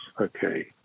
Okay